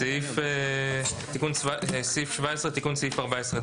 שהיא רשאית למסור אותו